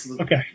Okay